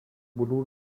بلور